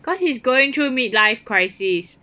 cause he's going through mid life crisis